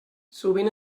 sovint